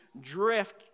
drift